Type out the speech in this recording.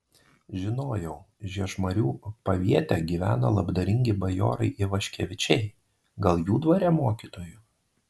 žinojau žiežmarių paviete gyvena labdaringi bajorai ivaškevičiai gal jų dvare mokytoju